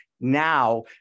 now